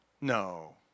No